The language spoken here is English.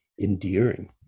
endearing